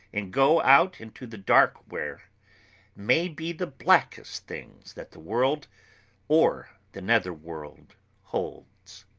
and go out into the dark where may be the blackest things that the world or the nether world holds!